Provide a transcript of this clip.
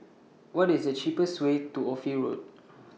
What IS The cheapest Way to Ophir Road